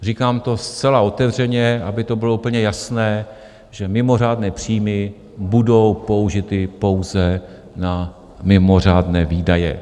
Říkám to zcela otevřeně, aby to bylo úplně jasné, že mimořádné příjmy budou použity pouze na mimořádné výdaje.